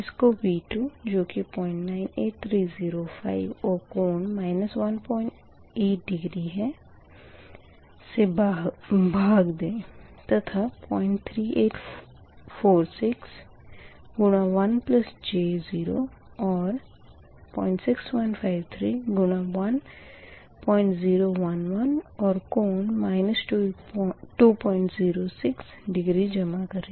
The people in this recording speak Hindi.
इसको V2 जो कि 098305 और कोण 18 डिग्री है से भाग दें तथा 03846 1j0 और 06153 गुणा 1011 और कोण 206 डिग्री जमा करें